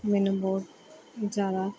ਮੈਨੂੰ ਬਹੁਤ ਜ਼ਿਆਦਾ